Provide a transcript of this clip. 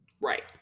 right